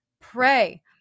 pray